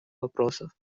вопросов